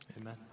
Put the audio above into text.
amen